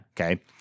Okay